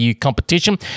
Competition